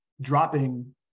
dropping